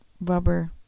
rubber